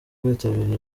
rwitabiriye